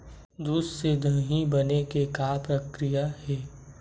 दूध से दही बने के का प्रक्रिया हे?